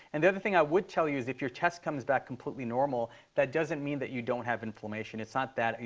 and the other thing i would tell you is if your test comes back completely normal, that doesn't mean that you don't have inflammation. it's not that.